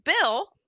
bill